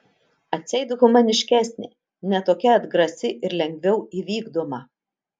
atseit humaniškesnė ne tokia atgrasi ir lengviau įvykdoma